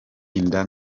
inda